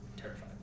terrified